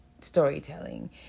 storytelling